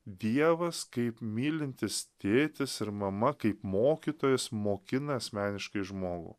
dievas kaip mylintis tėtis ir mama kaip mokytojas mokina asmeniškai žmogų